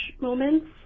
moments